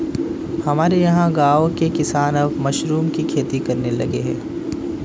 हमारे यहां गांवों के किसान अब मशरूम की खेती करने लगे हैं